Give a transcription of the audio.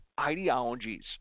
ideologies